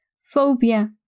phobia